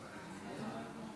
מתנגדים.